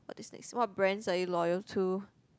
but this next what brands are you loyal to